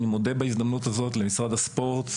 ואני מודה בהזדמנות הזאת למשרד הספורט,